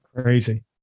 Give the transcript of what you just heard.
Crazy